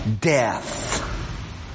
death